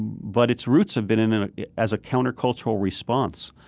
and but its roots have been and and as a countercultural response.